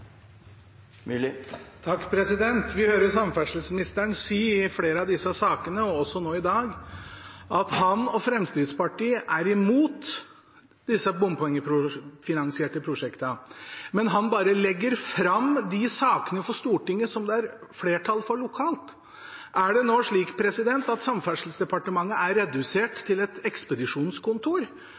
Vi hører samferdselsministeren si i flere av disse sakene og også nå i dag at han og Fremskrittspartiet er imot disse bompengefinansierte prosjektene, men han legger bare fram de sakene for Stortinget som det er flertall for lokalt. Er det nå slik at Samferdselsdepartementet er redusert til et ekspedisjonskontor,